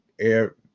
air